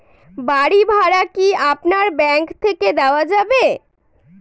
বাড়ী ভাড়া কি আপনার ব্যাঙ্ক থেকে দেওয়া যাবে?